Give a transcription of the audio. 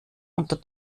unter